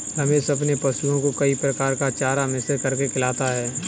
रमेश अपने पशुओं को कई प्रकार का चारा मिश्रित करके खिलाता है